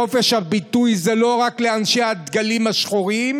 חופש הביטוי זה לא רק לאנשי הדגלים השחורים